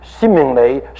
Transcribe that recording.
seemingly